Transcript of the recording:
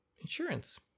insurance